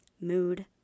mood